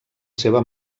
seva